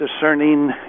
discerning